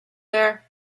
there